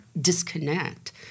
disconnect